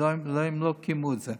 הם לא קיימו את זה.